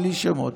בלי שמות.